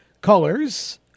colors